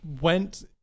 went